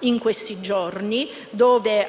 è sui giornali, dove